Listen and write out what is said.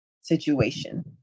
situation